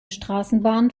straßenbahn